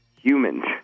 humans